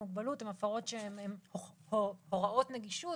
מוגבלות הן הפרות שהן הוראות נגישות